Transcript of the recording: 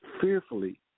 fearfully